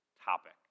topic